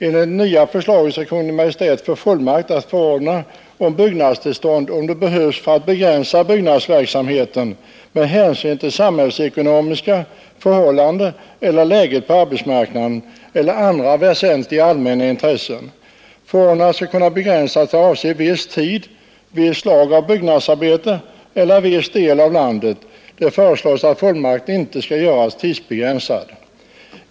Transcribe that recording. Enligt det nya förslaget skall Kungl. Maj:t få fullmakt att förordna om byggnadstillstånd, om det behövs för att begränsa byggnadsverksamheten med hänsyn till samhällsekonomiska förhållanden eller läget på arbetsmarknaden eller andra väsentliga allmänna intressen. Förordnandet skall kunna begränsas till att avse viss tid, visst slag av byggnadsarbete eller viss del av landet. Det föreslås att fullmakten inte skall göras tidsbegränsad.